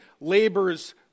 labors